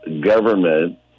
government